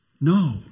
No